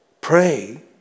Pray